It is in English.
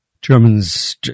Germans